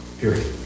Period